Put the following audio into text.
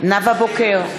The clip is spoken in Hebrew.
נאוה בוקר,